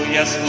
Yes